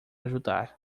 ajudar